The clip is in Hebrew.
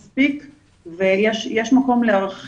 אבל עדיין זה לא מספיק ויש מקום להרחיב.